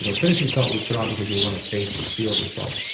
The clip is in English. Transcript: you know finishing salt we put on because we want to taste or feel the salt.